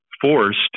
forced